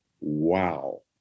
wow